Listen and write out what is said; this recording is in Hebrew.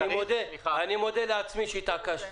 אני מודה לעצמי שהתעקשתי.